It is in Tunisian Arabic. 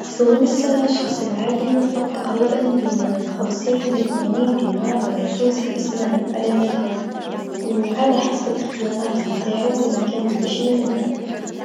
في تونس الشخص العادي ينفق تقريبا بين خمسين لثمانين دينار تونسي في السمانه على الماكله و هذا حسب اختيارات نتاعو و المكان ليشري منها،